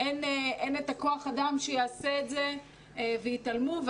אין את כוח האדם שיעשה את זה אבל התעלמו מדבריי.